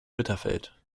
bitterfeld